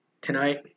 tonight